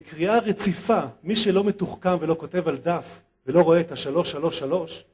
בקריאה רציפה, מי שלא מתוחכם ולא כותב על דף ולא רואה את השלוש שלוש שלוש